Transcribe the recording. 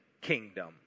kingdom